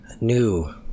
new